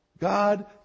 God